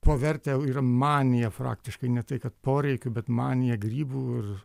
pavertę yra manija praktiškai ne tai kad poreikiu bet manija grybų ir